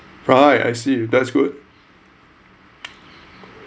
right I see that's good